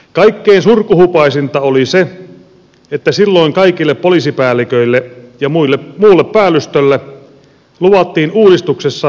kaikkein surkuhupaisinta oli se että silloin kaikille poliisipäälliköille ja muulle päällystölle luvattiin uudistuksessa vastaavantasoiset tehtävät